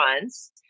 months